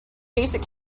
basic